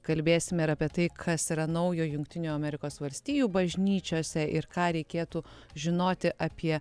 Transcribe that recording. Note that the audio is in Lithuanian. kalbėsime ir apie tai kas yra naujo jungtinių amerikos valstijų bažnyčiose ir ką reikėtų žinoti apie